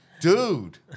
dude